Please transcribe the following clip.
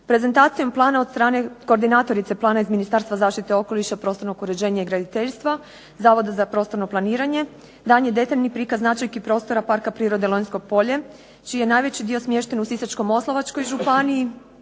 Prezentacijom plana od strane koordinatorice plana iz Ministarstva zaštite okoliša, prostornog uređenja i graditeljstva, Zavoda za prostorno planiranje, dan je detaljni prikaz značajki prostora Parka prirode Lonjsko polje čiji je najveći dio smješten u Sisačko-moslavačkoj županiji,